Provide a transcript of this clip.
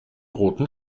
roten